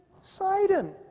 Sidon